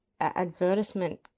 advertisement